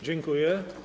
Dziękuję.